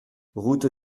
route